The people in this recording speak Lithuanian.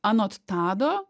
anot tado